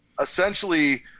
Essentially